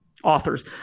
Authors